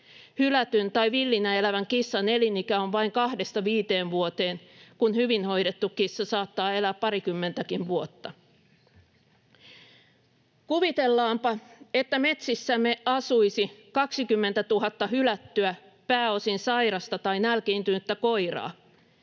Hylätyn tai villinä elävän kissan elinikä on vain 2—5 vuotta, kun hyvin hoidettu kissa saattaa elää parikymmentäkin vuotta. Kuvitellaanpa, että metsissämme asuisi 20 000 hylättyä, pääosin sairasta tai nälkiintynyttä koiraa.